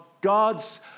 God's